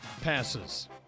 passes